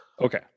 Okay